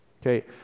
Okay